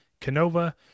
Canova